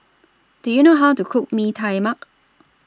Do YOU know How to Cook Mee Tai Mak